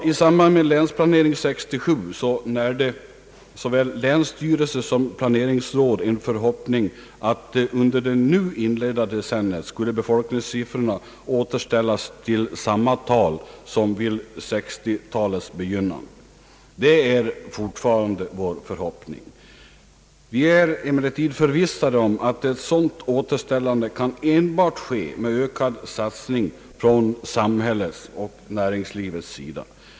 I samband med Länsplanering 67 närde såväl länsstyrelse som planeringsråd en förhoppning att befolkningssiffrorna under det nu inledda decenniet skulle återställas till samma nivå som vid 1960-talets början. Det är fortfarande vår förhoppning. Vi är emellertid förvissade om att ett sådant återställande enbart kan ske med ökad satsning från samhällets och näringslivets sida.